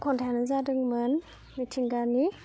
खन्थाइआनो जादोंमोन मिथिंगानि